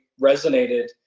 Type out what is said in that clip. resonated